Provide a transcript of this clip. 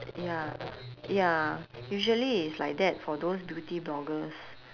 ya ya usually it's like that for those beauty bloggers